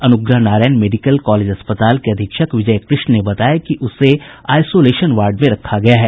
अनुग्रह Narayan Magadh medical college अस्पताल के अधीक्षक विजय कृष्ण ने बताया कि उसे आइसोलेशन वार्ड में रखा गया है